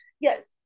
Yes